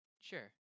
sure